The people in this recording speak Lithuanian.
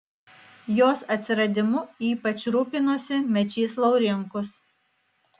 jos atsiradimu ypač rūpinosi mečys laurinkus